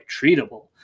treatable